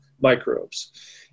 microbes